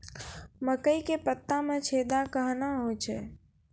मकई के पत्ता मे छेदा कहना हु छ?